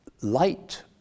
light